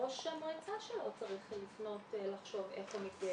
ראש המועצה שלו צריך לפנות ולחשוב איך הוא מתגייס.